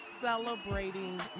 celebrating